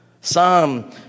Psalm